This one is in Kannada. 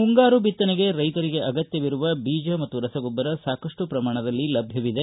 ಮುಂಗಾರು ಬಿತ್ತನೆಗೆ ರೈತರಿಗೆ ಅಗತ್ತವಿರುವ ಬೀಜ ಮತ್ತು ರಸಗೊಬ್ಬರ ಸಾಕಷ್ಟು ಪ್ರಮಾಣದಲ್ಲಿ ಲಭ್ಯವಿದೆ